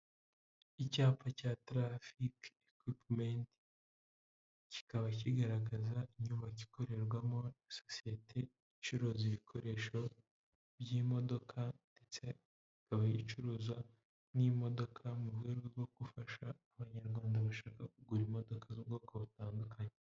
Icyapa cya tarafike ekipumenti, kikaba kigaragaza inyubako ikorerwamo n'isosiyete icuruza ibikoresho by'imodoka ndetse ikaba icuruza n'imodoka mu rwego rwo gufasha abanyarwanda bashaka kugura imodoka z'ubwoko butandukanye.